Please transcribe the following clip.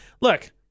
Look